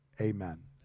Amen